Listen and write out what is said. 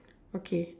okay